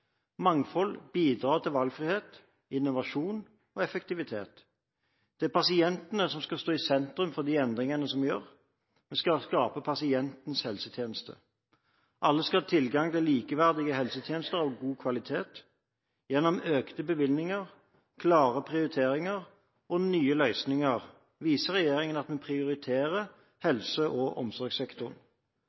Mangfold bidrar til valgfrihet, innovasjon og effektivitet. Det er pasientene som skal stå i sentrum for de endringene som vi gjør – vi skal skape pasientens helsetjeneste. Alle skal ha tilgang til likeverdige helsetjenester og god kvalitet. Gjennom økte bevilgninger, klare prioriteringer og nye løsninger viser regjeringen at den prioriterer helse- og omsorgssektoren.